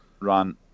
run